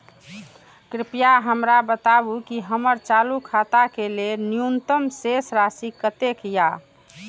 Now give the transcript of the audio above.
कृपया हमरा बताबू कि हमर चालू खाता के लेल न्यूनतम शेष राशि कतेक या